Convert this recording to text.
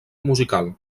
musical